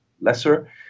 lesser